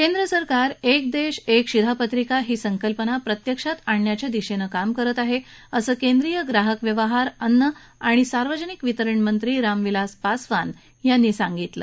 केंद्र सरकार एक देश एक शिधापत्रिका संकल्पना प्रत्यक्षात आणण्याच्या दिशेनं काम करत आहे असं कैंद्रीय ग्राहक व्यवहार अन्न आणि सार्वजनिक वितरणमंत्री राम विलास पासवान यांनी सांगितलं